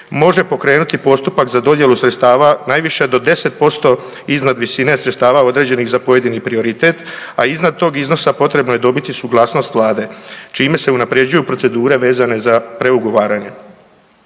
može pokrenuti postupak za dodjelu sredstava najviše do 10% iznad visine sredstava određenih za pojedini prioritet, a iznad tog iznosa potrebno je dobiti suglasnost Vlade, čime se unaprjeđuju procedure vezane za preugovaranje.